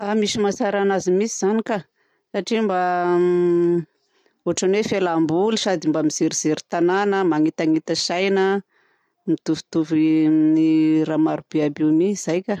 Ah misy mahatsara anazy mitsy zany ka! Satria mba ohatran'ny hoe fialamboly sady mba mijery tanàna manitanita-tsaina mitovitovy amin'ny raha marobe io mi. Zay ka!